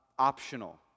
optional